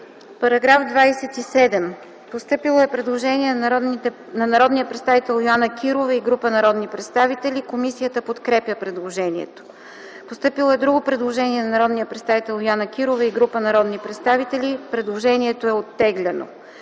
предложението. Постъпило е предложение от народния представител Йоана Кирова и група народни представители. Комисията подкрепя предложението. Постъпило е предложение от народния представител Йоана Кирова и група народни представители, което е оттеглено.